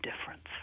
difference